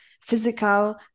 physical